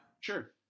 Sure